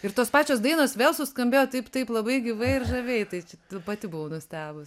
ir tos pačios dainos vėl suskambėjo taip taip labai gyvai ir žaviai tai čia tai pati buvau nustebus